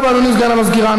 תודה רבה לאדוני סגן המזכירה.